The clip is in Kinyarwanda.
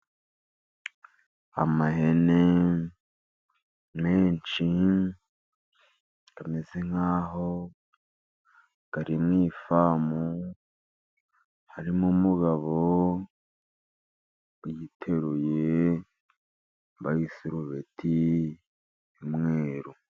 Amahene menshi, ameze nk'aho ari mu ifamu, harimo umugabo uyiteruye, wambaye isurubet y'umweru.